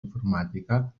informàtica